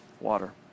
water